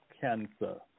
cancer